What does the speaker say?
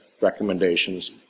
recommendations